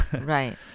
Right